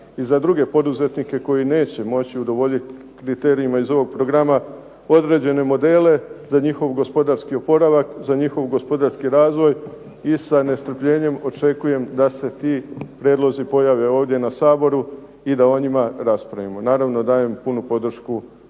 i za druge poduzetnike koji neće moći udovoljiti kriterijima iz ovog programa određene modele za njihov gospodarski oporavak, za njihov gospodarski razvoj i sa nestrpljenjem očekujem da se ti prijedlozi pojave ovdje na Saboru i da o njima raspravimo. Naravno dajem punu podršku